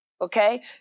Okay